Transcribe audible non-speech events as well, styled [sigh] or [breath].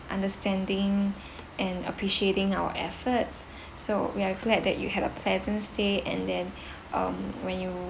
understanding [breath] and appreciating our efforts [breath] so we are glad that you had a pleasant stay and then [breath] um when you